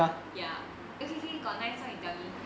ya okay okay got nice one you tell me